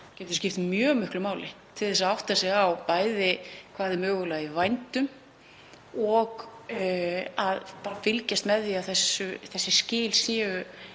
getur skipt mjög miklu máli til að átta sig á hvað er mögulega í vændum og til að fylgjast með því að þessi skil séu